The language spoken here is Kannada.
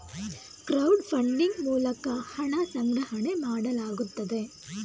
ಕ್ರೌಡ್ ಫಂಡಿಂಗ್ ಮೂಲಕ ಹಣ ಸಂಗ್ರಹಣೆ ಮಾಡಲಾಗುತ್ತದೆ